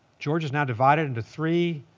georgia's now divided into three